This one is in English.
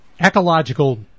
ecological